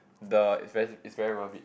the is very is very worth it